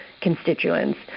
constituents